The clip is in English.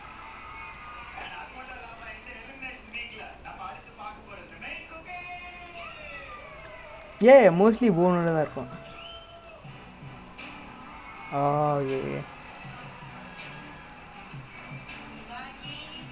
we damn stupid lah because we go Four Fingers then is all like you know like a boneless chicken err boneless chicken இல்ல:illa like mostly like you know like those kind of ya then this the this indian don't know how to eat lah as in he is அவனுக்கு பயமா இருந்துச்சு:avanukku bayamaa irunthuchu lah he couldn't eat but ya lah he still ate lah but ya